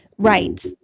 Right